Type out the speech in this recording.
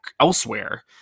elsewhere